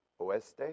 Oeste